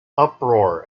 uproar